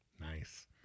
Nice